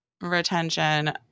retention